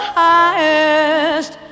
highest